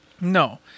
No